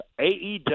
AEW